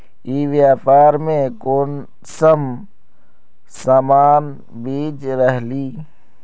ई व्यापार में कुंसम सामान बेच रहली?